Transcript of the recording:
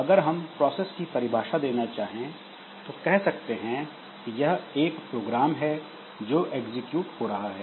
अगर हम प्रोसेस की परिभाषा देना चाहें तो ऐसा कह सकते हैं कि यह एक प्रोग्राम है जो एग्जीक्यूट हो रहा है